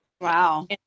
Wow